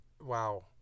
wow